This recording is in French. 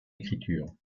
écriture